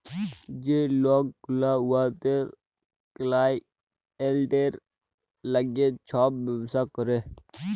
যে লক গুলা উয়াদের কালাইয়েল্টের ল্যাইগে ছব ব্যবসা ক্যরে